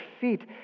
feet